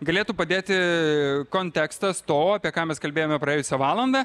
galėtų padėti kontekstas to apie ką mes kalbėjome praėjusią valandą